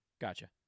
Gotcha